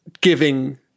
giving